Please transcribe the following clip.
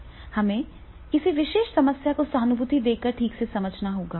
हमें किसी विशेष समस्या को सहानुभूति देकर ठीक से समझना होगा